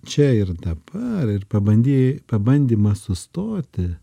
čia ir dabar ir pabandy pabandymas sustoti